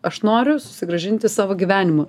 aš noriu susigrąžinti savo gyvenimą